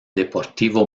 deportivo